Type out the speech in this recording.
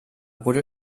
wurde